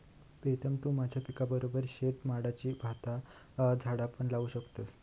प्रीतम तु तुझ्या पिकाबरोबर शेतात माडाची झाडा पण लावू शकतस